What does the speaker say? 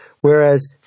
whereas